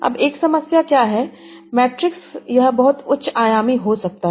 अब एक समस्या क्या है मैट्रिक्स यह बहुत उच्च आयामी हो सकता है